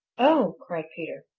oh! cried peter.